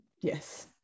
Yes